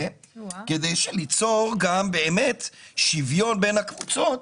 כדי ליצור גם באמת שוויון בין הקבוצות